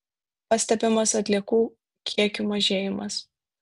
pastebimas atliekų kiekių mažėjimas